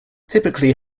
typically